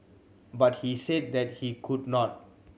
but he said that he could not